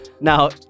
Now